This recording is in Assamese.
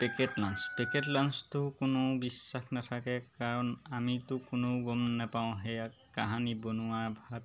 পেকেট লাঞ্চ পেকেট লাঞ্চটো কোনো বিশ্বাস নাথাকে কাৰণ আমিতো কোনো গম নাপাওঁ সেয়া কাহানি বনোৱাৰ ভাত